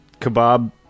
Kebab